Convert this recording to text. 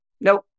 nope